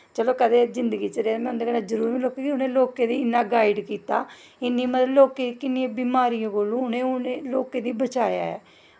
चलो जे जिन्दगी च रेह् तां जरूर लब्भगी उ'नैं लोकें गी इन्ना गाइड़ कीता इन्नी मतलब लोकें गी किन्नी बमारियें कोला दा उ'नेें लोकें गी बचाया ऐ